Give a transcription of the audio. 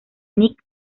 nick